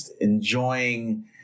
enjoying